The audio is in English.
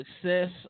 success